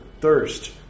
thirst